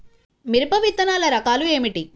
మిరప విత్తనాల రకాలు ఏమిటి?